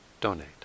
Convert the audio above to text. donate